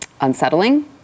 unsettling